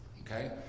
okay